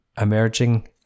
emerging